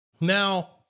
Now